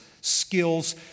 skills